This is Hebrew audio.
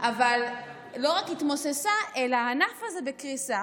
אבל לא רק התמוססה, אלא הענף הזה בקריסה,